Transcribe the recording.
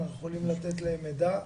אנחנו יכולים לתת להם מידע.